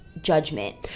judgment